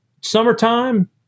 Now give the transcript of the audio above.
summertime